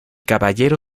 caballero